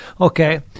okay